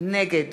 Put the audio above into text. נגד